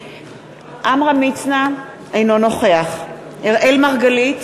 מצנע, אינו נוכח אראל מרגלית,